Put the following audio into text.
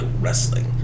wrestling